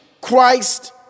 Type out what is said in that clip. Christ